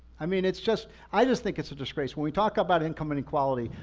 i mean, it's just, i just think it's a disgrace. when we talk about income and equality,